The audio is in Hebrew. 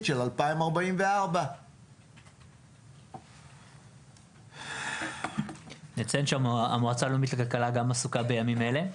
של 2044. נציין שהמועצה הלאומית לכלכלה גם עסוקה בימים אלה,